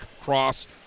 Cross